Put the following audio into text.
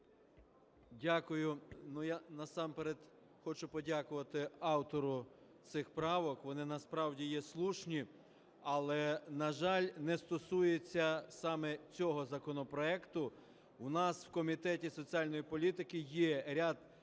Дякую, я насамперед хочу подякувати автору цих правок, вони насправді є слушні, але, на жаль, не стосуються саме цього законопроекту. У нас в Комітеті соціальної політики є ряд